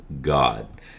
God